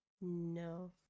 No